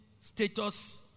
status